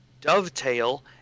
Dovetail